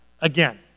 again